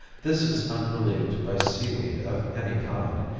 this is unrelieved by sea-weed of any kind,